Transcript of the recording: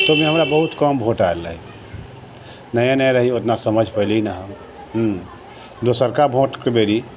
ताहिमे हमरा बहुत कम वोट आयल रहै नए नए रहियै ओतना समझ पइली नहि दोसरका वोटके बेरी